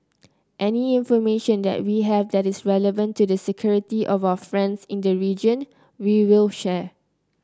any information that we have that is relevant to the security of our friends in the region we will share